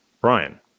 Brian